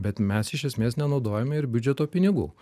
bet mes iš esmės nenaudojame ir biudžeto pinigų